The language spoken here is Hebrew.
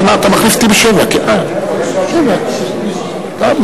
19:10 ונתחדשה בשעה 19:11.)